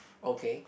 okay